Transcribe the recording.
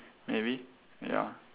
maybe ya